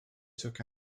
took